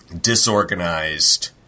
disorganized